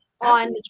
on